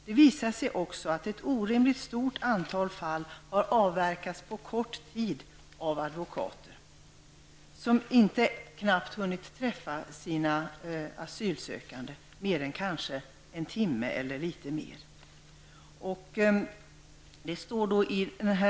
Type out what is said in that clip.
Det visar sig också att ett orimligt stort antal fall har avverkats på kort tid av advokater som inte hunnit träffa de asylsökande mer än en timme eller något mer.